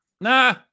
Nah